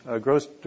Gross